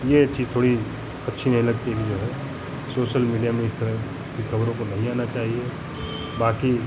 ये चीज़ थोड़ी अच्छी नहीं लगती कि जो है सोशल मीडिया में इस तरह की खबरों को नहीं आना चाहिए बाकी